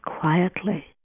quietly